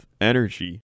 energy